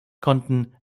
konnten